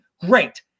great